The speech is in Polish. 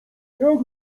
jak